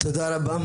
תודה רבה.